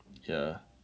ya